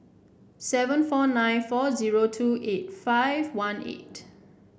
seven four nine four zero two eight five one eight